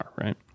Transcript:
right